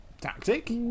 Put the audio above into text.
Tactic